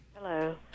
Hello